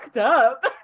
up